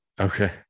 Okay